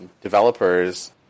developers